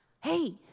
hey